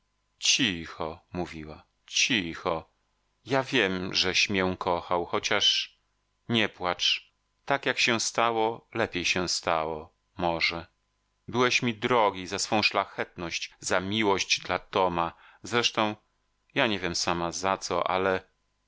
cicho mówiła cicho ja wiem żeś mię kochał chociaż nie płacz tak jak się stało lepiej się stało może byłeś mi drogi za swą szlachetność za miłość dla toma zresztą ja nie wiem sama za co ale